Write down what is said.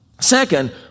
Second